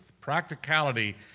practicality